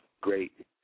great